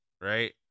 Right